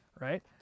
Right